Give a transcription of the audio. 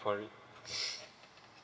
for it